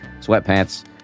sweatpants